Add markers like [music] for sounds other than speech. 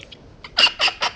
[laughs]